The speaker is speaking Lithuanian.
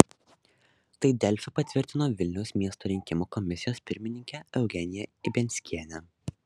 tai delfi patvirtino vilniaus miesto rinkimų komisijos pirmininkė eugenija ibianskienė